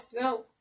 no